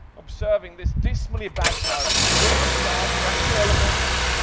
observing this dismally bad powerpoint filled with charts, graphical elements,